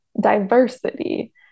diversity